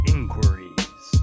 Inquiries